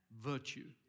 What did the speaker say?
virtue